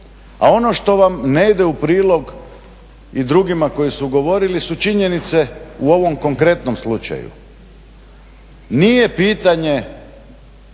A ono što vam ne ide u prilog i drugima koji su govorili su činjenice u ovom konkretnom slučaju. Nije pitanje